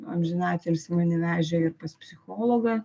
amžiną atilsį mane vežė ir pas psichologą